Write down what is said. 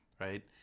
right